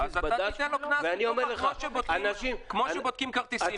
אז אתה תיתן לו קנס, כמו שבודקים כרטיסים.